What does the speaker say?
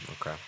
Okay